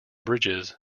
bridges